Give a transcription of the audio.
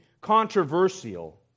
controversial